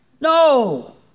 No